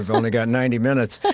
i've only got ninety minutes.